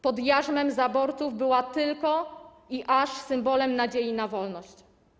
Pod jarzmem zaborców była tylko i aż symbolem nadziei na wolność.